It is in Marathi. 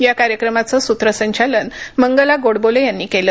या कार्यक्रमाचे स्रत्रसंचालन मंगला गोडबोले यांनी केलं